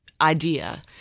idea